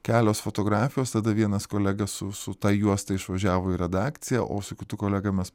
kelios fotografijos tada vienas kolega su su ta juosta išvažiavo į redakciją o su kitu kolega mes